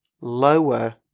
lower